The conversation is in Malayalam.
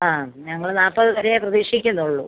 ആ ഞങ്ങൾ നാൽപ്പത് വരെ പ്രതീക്ഷിക്കുന്നുളളൂ